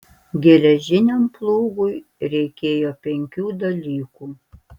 geležiniam plūgui reikėjo penkių dalykų